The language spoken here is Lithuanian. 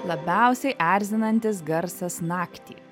labiausiai erzinantis garsas naktį